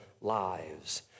lives